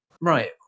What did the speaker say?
right